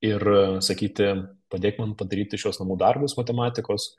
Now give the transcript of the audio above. ir sakyti padėk man padaryti šiuos namų darbus matematikos